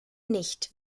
nicht